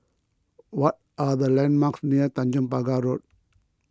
what are the landmarks near Tanjong Pagar Road